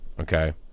okay